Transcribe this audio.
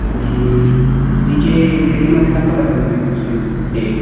आणि तिचे ग्रेमधे दाखवा ना त्यामधे फुल स्लीवमधे ते एक